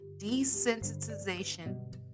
desensitization